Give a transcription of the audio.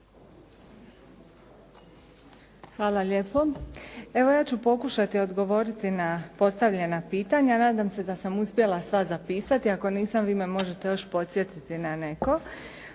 Hvala lijepo. Evo ja ću pokušati odgovoriti na postavljena pitanja, nadam se da sam uspjela sva zapisati, ako nisam vi me možete još podsjetiti na neko.